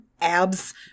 abs